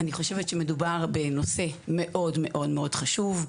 אני חושבת שמדובר בנושא מאוד חשוב.